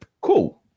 cool